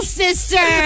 sister